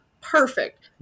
Perfect